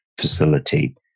facilitate